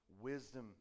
wisdom